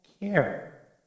care